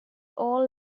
all